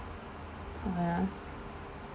ya